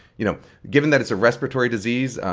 you know given that it's a respiratory disease,